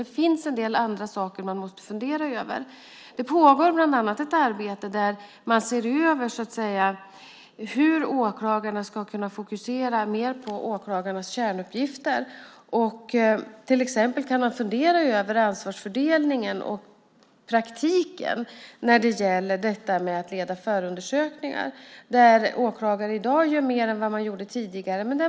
Det finns en del andra saker som man måste fundera över. Det pågår bland annat ett arbete där man ser över hur åklagarna ska kunna fokusera mer på sina kärnuppgifter. Till exempel kan man fundera över ansvarsfördelningen och praktiken när det gäller att leda förundersökningar. Åklagare gör i dag mer än vad de gjorde tidigare.